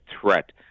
threat